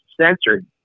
censored